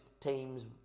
teams